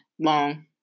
Long